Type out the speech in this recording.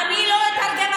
אני לא אתרגם.